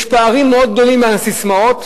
יש פערים מאוד גדולים בין הססמאות